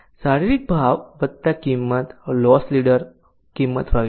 શારીરિક ભાવ વત્તા કિંમત લોસ લીડર કિંમત વગેરે